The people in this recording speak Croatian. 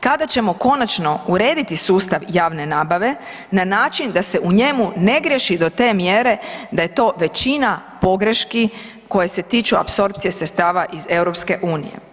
Kada ćemo konačno urediti sustav javne nabave na način da se u njemu ne griješi do te mjere da je to većina pogreški koje se tiču apsorpcije sredstava iz EU.